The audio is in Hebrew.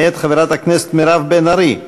מאת חברת הכנסת מירב בן ארי,